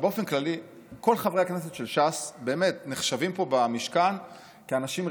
ובאופן כללי כל חברי הכנסת של ש"ס באמת נחשבים פה במשכן כאנשים רציניים,